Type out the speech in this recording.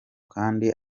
kandi